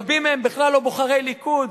רבים מהם בכלל לא בוחרי ליכוד,